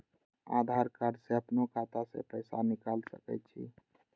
आधार कार्ड से अपनो खाता से पैसा निकाल सके छी?